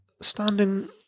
standing